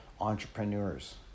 entrepreneurs